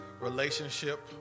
relationship